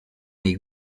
nei